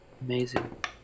Amazing